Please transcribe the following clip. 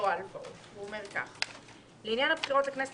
הוא אומר כך: לעניין הבחירות לכנסת